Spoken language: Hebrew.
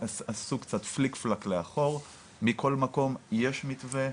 עשו קצת פליק פלאק לאחור, מכל מקום יש מתווה,